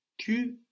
Tu